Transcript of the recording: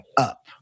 up